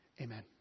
Amen